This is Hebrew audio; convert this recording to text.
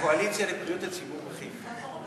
הקואליציה לבריאות הציבור בחיפה.